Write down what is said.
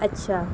اچھا